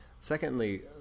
Secondly